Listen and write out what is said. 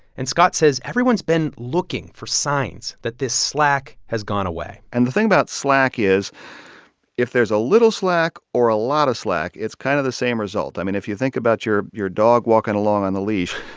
and scott says everyone's been looking for signs that this slack has gone away and the thing about slack is if there's a little slack or a lot of slack, it's kind of the same result. i mean, if you think about your your dog walking along on a leash,